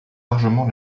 largement